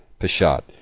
Peshat